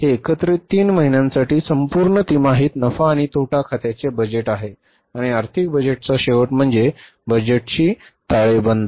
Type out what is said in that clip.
हे एकत्रित तीन महिन्यांसाठी संपूर्ण तिमाहीत नफा आणि तोटा खात्याचे बजेट आहे आणि आर्थिक बजेटचा शेवट म्हणजे बजेटची ताळेबंद